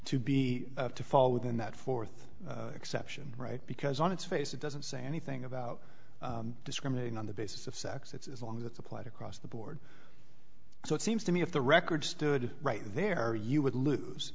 to be to fall within that fourth exception right because on its face it doesn't say anything about discriminating on the basis of sex it's as long as it's applied across the board so it seems to me if the record stood right there you would lose